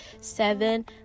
seven